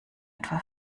etwa